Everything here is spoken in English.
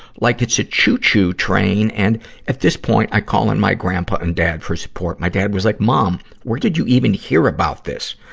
like it's a choo-choo train and at this point i call in my grandpa and dad for support. my dad was like, mom, where did you even hear about this?